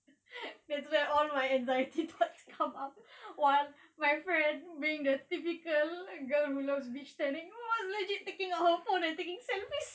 that's where all my anxiety thoughts come out while my friend being the typical girl who loves beach tanning was legit taking out her phone and taking selfies